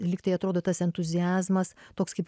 lyg tai atrodo tas entuziazmas toks kaip